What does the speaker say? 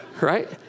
right